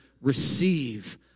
Receive